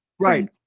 Right